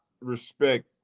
respect